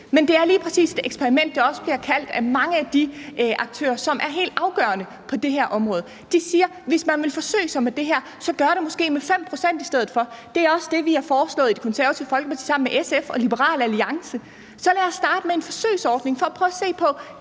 Men det er lige præcis også et eksperiment, det bliver kaldt af mange af de aktører, som er helt afgørende på det her område. De siger, at man, hvis man vil forsøge sig med det her, så måske i stedet kan gøre det med 5 pct. Det er også det, vi i Det Konservative Folkeparti sammen med SF og Liberal Alliance har foreslået. Så lad os starte med en forsøgsordning for at prøve at se på,